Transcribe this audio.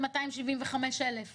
שהוא